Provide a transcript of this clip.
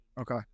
Okay